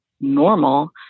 normal